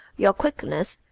your quickness,